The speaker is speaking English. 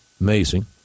Amazing